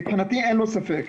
מבחינתי אין ספק.